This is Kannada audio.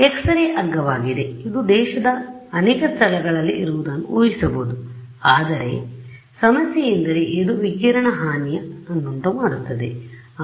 X ray ಅಗ್ಗವಾಗಿದೆ ಇದು ದೇಶದ ಅನೇಕ ಸ್ಥಳಗಳಲ್ಲಿ ಇರುವುದನ್ನು ಊಹಿಸಬಹುದು ಆದರೆ ಸಮಸ್ಯೆಯೆಂದರೆ ಇದು ವಿಕಿರಣ ಹಾನಿಯನ್ನುಂಟುಮಾಡುತ್ತದೆ